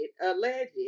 alleged